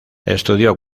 estudió